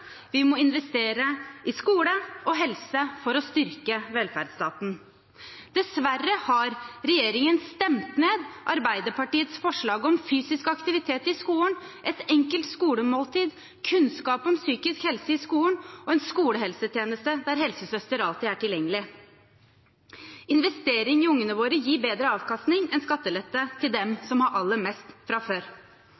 Vi må investere i skole og helse for å styrke velferdsstaten. Dessverre har regjeringen stemt ned Arbeiderpartiets forslag om fysisk aktivitet i skolen, et enkelt skolemåltid, kunnskap om psykisk helse i skolen og en skolehelsetjeneste der helsesøster alltid er tilgjengelig. Investering i ungene våre gir bedre avkastning enn skattelette til dem